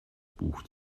buch